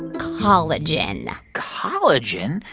collagen collagen?